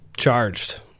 charged